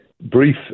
brief